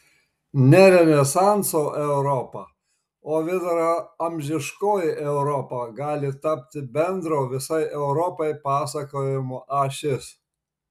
ne renesanso europa o viduramžiškoji europa gali tapti bendro visai europai pasakojimo ašis